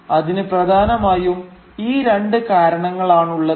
അതിന് പ്രധാനമായും ഈ രണ്ട് കാരണങ്ങളാണുള്ളത്